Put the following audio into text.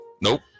Nope